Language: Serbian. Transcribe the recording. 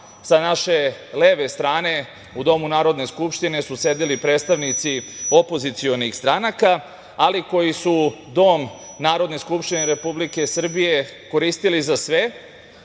sa naše leve strane u Domu Narodne skupštine su sedeli predstavnici opozicionih stanaka, ali koji su Dom Narodne skupštine Republike Srbije koristili za sve,